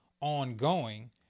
ongoing